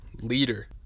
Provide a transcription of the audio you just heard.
leader